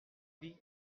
vie